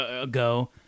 ago